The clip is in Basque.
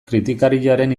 kritikariaren